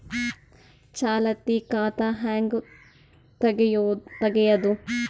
ಚಾಲತಿ ಖಾತಾ ಹೆಂಗ್ ತಗೆಯದು?